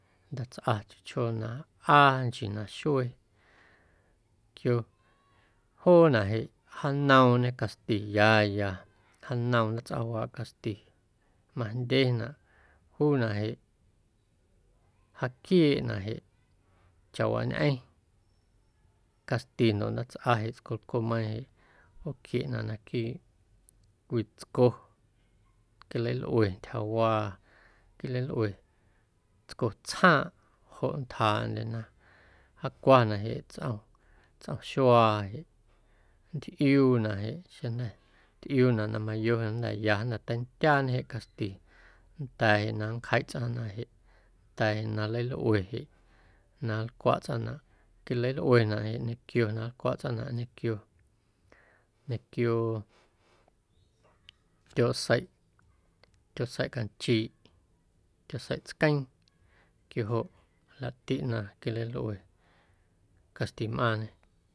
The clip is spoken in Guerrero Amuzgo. Ndaatsꞌa chjoo chjoo na ꞌaa nchii na xuee quio joonaꞌ jeꞌ janoomñe caxti ya ya janoom ndaatsꞌawaaꞌ caxti majndyenaꞌ juunaꞌ jeꞌ jaaquieeꞌnaꞌ jeꞌ chawaañꞌeⁿ caxti ndoꞌ ndaatsꞌa jeꞌ tscolcoomeiiⁿ jeꞌ ꞌooquieꞌnaꞌ naquiiꞌ cwii tsco quilalꞌue ntyjawaa quilalꞌue tsco tsjaaⁿꞌ joꞌ nntjaaꞌndyena jaacwanaꞌ jeꞌ tsꞌom tsꞌom xuaa jeꞌ nntꞌiuunaꞌ jeꞌ xeⁿjnda̱ tꞌiuunaꞌ na mayo jnda̱ ya jnda̱ teindyaañe jeꞌ caxti nnda̱a̱ jeꞌ na nncjeiꞌ tsꞌaⁿnaꞌ jeꞌ nnda̱a̱ jeꞌ na nleilꞌue jeꞌ na nlcwaꞌ tsꞌaⁿnaꞌ quilalꞌuenaꞌ jeꞌ ñequio na nlcwaꞌ tsꞌaⁿnaꞌ ñequio ñequio tyooꞌseiꞌ tyooꞌseiꞌ canchiiꞌ tyooꞌseiꞌ tsqueeⁿ quio joꞌ laꞌtiꞌ na quilalꞌue caxtimꞌaaⁿñe.